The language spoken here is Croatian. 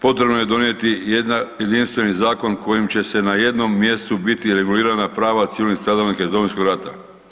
Potrebno je donijeti jedan jedinstveni zakon kojim će na jednom mjestu biti regulirana prava civilnih stradalnika iz Domovinskog rata.